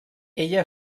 ella